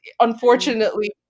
unfortunately